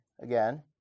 again